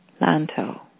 Lanto